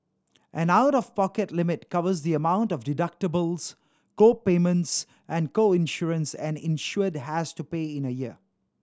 an out of pocket limit covers the amount of deductibles co payments and co insurance an insured has to pay in a year